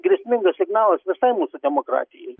grėsmingas signalas visai mūsų demokratijai